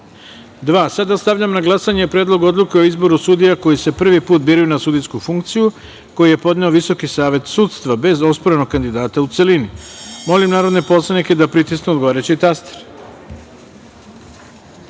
Sada stavljam na glasanje Predlog odluke o izboru sudija koji se prvi put biraju na sudijsku funkciju, koji je podneo Visoki savet sudstva, bez osporenog kandidata u celini. Molim narodne poslanike da pritisnu odgovarajući